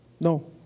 No